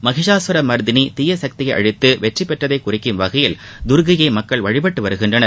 மகிஷாசுர மர்த்தினி தீயசக்தியை அழித்து வெற்றி பெற்றதை சூறிக்கும் வகையில் தர்க்கையை மக்கள் வழிபட்டு வருகின்றனர்